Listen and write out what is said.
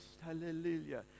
Hallelujah